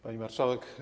Pani Marszałek!